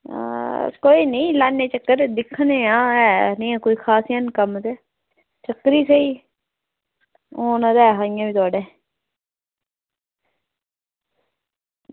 हां कोई निं लान्ने आं चक्कर ते दिक्खने आं ऐ निं ऐ कोई खास निहां कम्म ते डिप्परी सेही औना ते ऐ हा इ'यां बी थुआढ़े